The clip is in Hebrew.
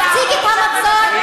תפסיק את המצור,